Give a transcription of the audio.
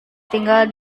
tinggal